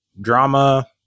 drama